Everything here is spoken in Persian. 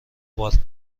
والت